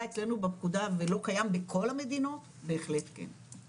אצלנו בפקודה ולא קיים בכל המדינות בהחלט כן.